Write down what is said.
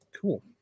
cool